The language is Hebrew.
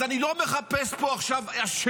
אז אני לא מחפש פה עכשיו אשמים,